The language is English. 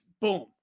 boom